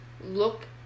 look